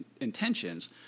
intentions